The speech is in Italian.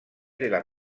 della